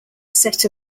set